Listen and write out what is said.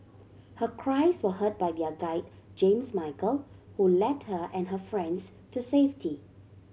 her cries were heard by their guide James Michael who led her and her friends to safety